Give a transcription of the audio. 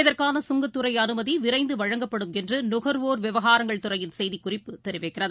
இதற்கான கங்கத்துறைஅனுமதி விரைந்துவழங்கப்படும் என்றுநுகர்வோர் விவகாரங்கள் துறையின் செய்திக்குறிப்பு தெரிவிக்கிறது